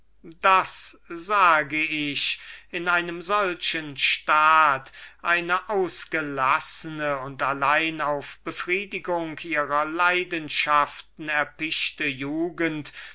daß sage ich in einem solchen staat eine ausgelassene und allein auf befriedigung ihrer leidenschaften erpichte jugend